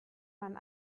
man